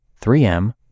3M